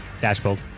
Dashboard